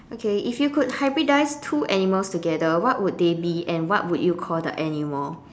okay if you could hybridize two animals together what would they be and what would you call the animal